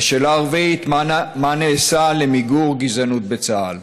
4. מה נעשה למיגור גזענות בצה"ל?